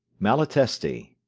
malatesti,